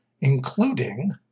including